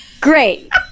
great